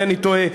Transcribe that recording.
אם אינני טועה,